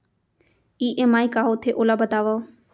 EMI का होथे, ओला बतावव